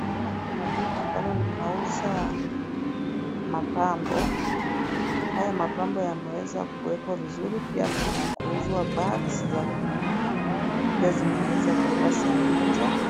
Naona kuna duka ambalo linauza mapambo. Haya mapambo yameweza kuwekwa vizuri, pia kuna kuuzwa bags za kina mama, pia zimeweza kuwekwa sehemu moja,